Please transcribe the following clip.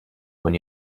when